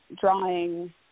drawing